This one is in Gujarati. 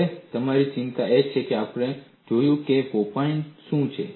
હવે અમારી ચિંતા એ છે કે આપણે જોયું છે કે પોપ ઇન શું છે